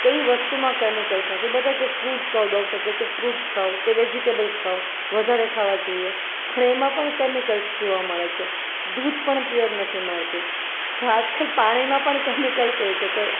કઈ વસ્તુમાં કેમિકલ્સ નથી બધા કે ફ્રૂટસ ખાવ ડોક્ટર કે છે ફ્રૂટસ ખાવ કે વેજીટેબલ્સ ખાવ વધારે ખાવા જોઈએ પણ એમાં પણ કેમિકલ્સ જોવા મળે છે દૂધ પણ પ્યોર નથી મળતું તો આજ કાલ પાણીમાં પણ કેમિકલસ હોય છે તો